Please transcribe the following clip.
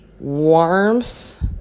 warmth